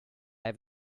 have